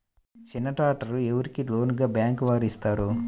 చిన్న ట్రాక్టర్ ఎవరికి లోన్గా బ్యాంక్ వారు ఇస్తారు?